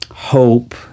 Hope